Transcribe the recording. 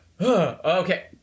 Okay